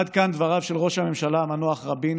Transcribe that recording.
עד כאן דבריו של ראש הממשלה המנוח רבין